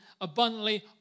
abundantly